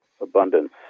abundance